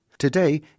Today